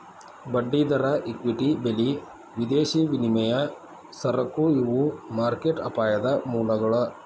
ಬಡ್ಡಿದರ ಇಕ್ವಿಟಿ ಬೆಲಿ ವಿದೇಶಿ ವಿನಿಮಯ ಸರಕು ಇವು ಮಾರ್ಕೆಟ್ ಅಪಾಯದ ಮೂಲಗಳ